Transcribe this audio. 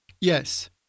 Yes